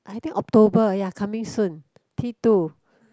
I think October ya coming soon T two